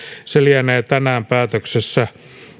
se lienee tänään päätöksessä